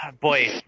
boy